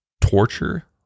torture